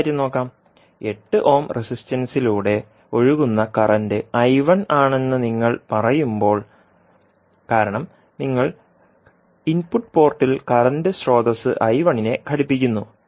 മറ്റൊരു കാര്യം നോക്കാം 8 ഓം റെസിസ്റ്റൻസിലൂടെ ഒഴുകുന്ന കറന്റ് ആണെന്ന് നിങ്ങൾ പറയുമ്പോൾ കാരണം നിങ്ങൾ ഇൻപുട്ട് പോർട്ടിൽ കറന്റ് സ്രോതസ്സ് നെ ഘടിപ്പിക്ക്കുന്നു